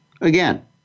Again